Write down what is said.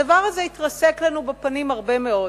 הדבר הזה התרסק לנו בפנים הרבה מאוד.